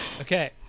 Okay